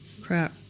Crap